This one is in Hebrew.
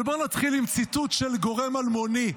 אבל בואו נתחיל עם ציטוט של גורם אלמוני,